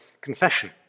confession